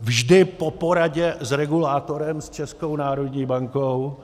Vždy po poradě s regulátorem, s Českou národní bankou,